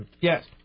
Yes